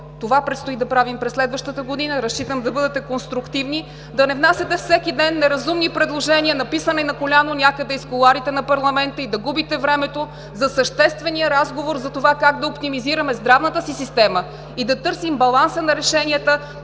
и реплики от „БСП за България“.) Разчитам да бъдете конструктивни, да не внасяте всеки ден неразумни предложения, написани на коляно някъде из кулоарите на парламента, и да губите времето за съществения разговор за това как да оптимизираме здравната си система, и да търсим баланса на решенията